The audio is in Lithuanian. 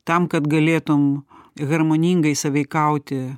tam kad galėtum harmoningai sąveikauti